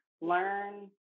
learn